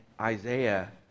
Isaiah